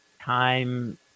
time